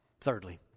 Thirdly